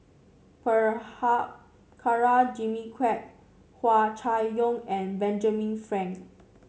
Prabhakara Jimmy Quek Hua Chai Yong and Benjamin Frank